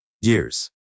years